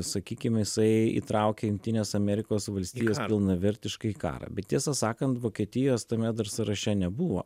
sakykim jisai įtraukė jungtines amerikos valstijas pilnavertiškai į karą bet tiesą sakant vokietijos tame dar sąraše nebuvo